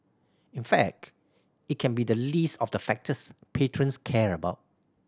in fact it can be the least of the factors patrons care about